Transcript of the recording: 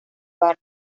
bar